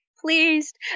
pleased